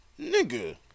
nigga